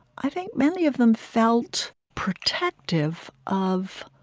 i think many of them felt protective of